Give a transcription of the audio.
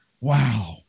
Wow